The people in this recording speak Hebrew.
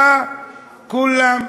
באו כולם,